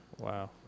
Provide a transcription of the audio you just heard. Wow